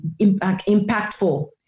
impactful